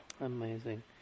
Amazing